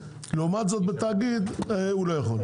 לעומת זאת בתאגיד הוא לא יכול,